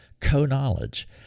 co-knowledge